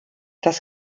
das